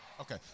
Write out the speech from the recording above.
Okay